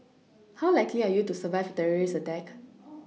how likely are you to survive a terrorist attack